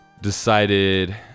decided